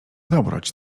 dobroć